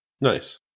Nice